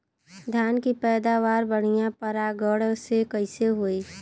धान की पैदावार बढ़िया परागण से कईसे होई?